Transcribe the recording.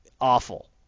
Awful